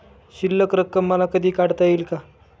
शिल्लक रक्कम मला कधी काढता येईल का?